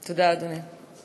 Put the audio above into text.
תודה, אדוני.